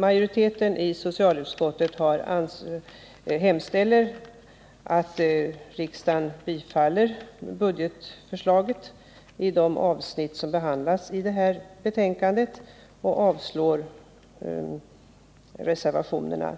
Majoriteten i socialutskottet hemställer att riksdagen bifaller budgetförslaget i de avsnitt som behandlas i detta betänkande och avslår reservationerna